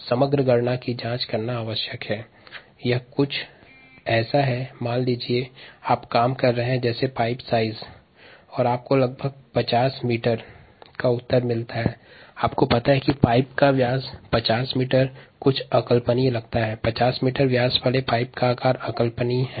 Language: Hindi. एक अन्य उदाहरण लेते है जैसे पाइप के व्यास के संदर्भ में उत्तर यदि 50 मीटर है यह अकल्पनीय प्रतीत होता हैं